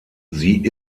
sie